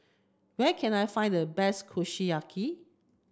where can I find the best Kushiyaki